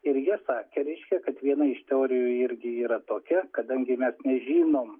ir jie sakė reiškia kad viena iš teorijų irgi yra tokia kadangi mes nežinom